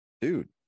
dude